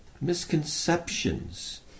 misconceptions